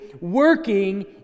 working